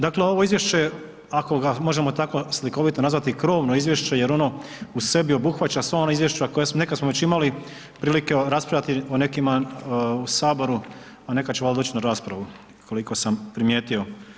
Dakle, ovo izvješće je ako ga možemo tako slikovito nazvati krovno izvješće jer ono u sebi obuhvaća sva ona izvješća koja smo, nekad smo već imali prilike raspravljati o nekima u saboru, a neka će valjda doći u raspravu koliko sam primijetio.